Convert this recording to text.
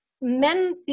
men